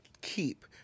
keep